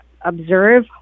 observe